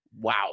wow